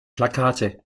plakate